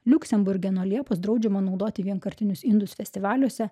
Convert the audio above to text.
liuksemburge nuo liepos draudžiama naudoti vienkartinius indus festivaliuose